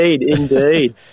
indeed